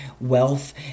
wealth